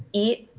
eat,